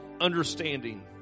understanding